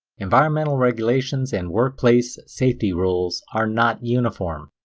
environmental regulations and workplace safety rules are not uniform.